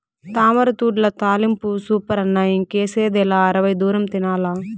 తామరతూడ్ల తాలింపు సూపరన్న ఇంకేసిదిలా అరవై దూరం తినాల్ల